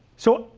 so,